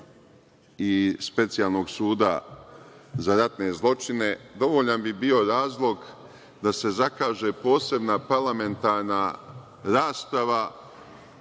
i Specijalnog suda za ratne zločine, dovoljan bi bio razlog da se zakaže posebna parlamentarna rasprava